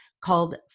called